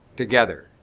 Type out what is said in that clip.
together.